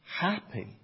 happy